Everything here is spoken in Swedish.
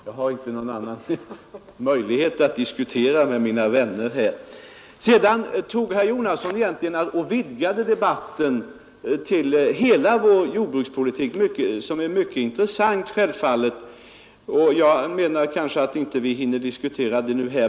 Jag har inte någon annan möjlighet att diskutera med mina vänner här. Sedan vidgade herr Jonasson debatten till hela vår jordbrukspolitik, som självfallet är mycket intressant men som vi kanske inte har tid att diskutera just nu.